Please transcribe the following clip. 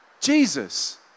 Jesus